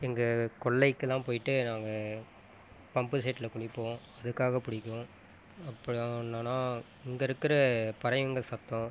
எங்கள் கொள்ளைக்குலாம் போயிட்டு நாங்கள் பம்பு செட்டில் குளிப்போம் அதுக்காக பிடிக்கும் அப்புறம் என்னென்னா இங்கே இருக்கிற பறவைங்கள் சத்தம்